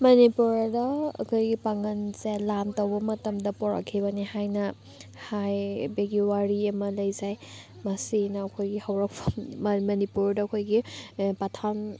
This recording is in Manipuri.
ꯃꯅꯤꯄꯨꯔꯗ ꯑꯩꯈꯣꯏꯒꯤ ꯄꯥꯉꯜꯁꯦ ꯂꯥꯟ ꯇꯧꯕ ꯃꯇꯝꯗ ꯄꯣꯔꯛꯈꯤꯕꯅꯦ ꯍꯥꯏꯅ ꯍꯥꯏꯕꯒꯤ ꯋꯥꯔꯤ ꯑꯃ ꯂꯩꯖꯩ ꯃꯁꯤꯅ ꯑꯩꯈꯣꯏꯒꯤ ꯍꯧꯔꯛꯐꯝ ꯃꯅꯤꯄꯨꯔꯗ ꯑꯩꯈꯣꯏꯒꯤ ꯄꯊꯥꯟ